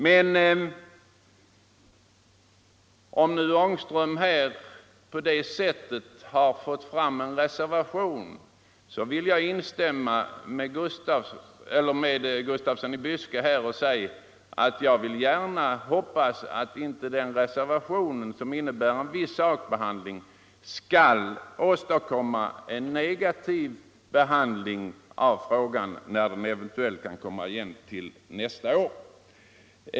Men när nu herr Ångström på det sättet har fått till stånd en reservation är detta enbart olyckligt i sak. Jag instämmer med herr Gustafsson i Byske i förhoppningen att inte reservationen, som innebär en viss sakbehandling, skall åstadkomma en negativ behandling av frågan, då den eventuellt kommer igen nästa år.